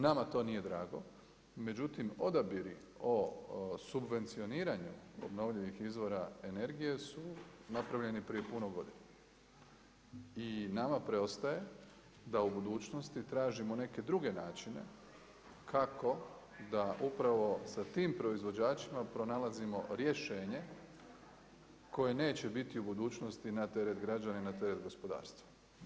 Nama to nije drago, međutim odabiri o subvencioniranju obnovljivih izvora energije su napravljeni prije puno godina. i nama preostaje da budućnosti tražimo neke druge načine kako da upravo sa tim proizvođačima pronalazimo rješenje koje neće biti u budućnosti na teret građana i na teret gospodarstva.